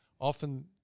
often